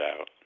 out